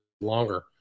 longer